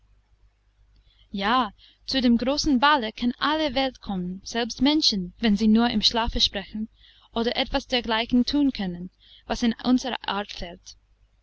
ja zu dem großen balle kann alle welt kommen selbst menschen wenn sie nur im schlafe sprechen oder etwas dergleichen thun können was in unsere art fällt